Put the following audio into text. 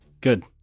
Good